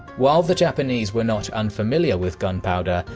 while the japanese were not unfamiliar with gunpowder,